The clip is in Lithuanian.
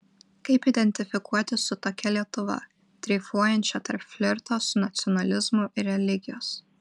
kaip identifikuotis su tokia lietuva dreifuojančia tarp flirto su nacionalizmu ir religijos